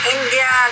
India